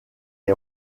est